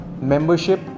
membership